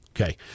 Okay